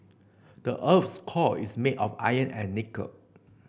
the earth's core is made of iron and nickel